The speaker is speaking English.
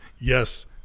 yes